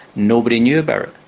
nobody knew about it,